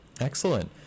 Excellent